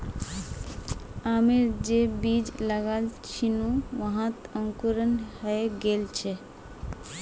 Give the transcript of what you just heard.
आमेर जे बीज लगाल छिनु वहात अंकुरण हइ गेल छ